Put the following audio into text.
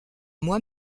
moi